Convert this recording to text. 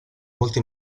molto